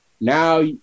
now